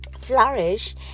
flourish